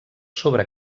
sobre